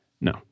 No